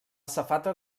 safata